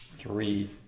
Three